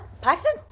Paxton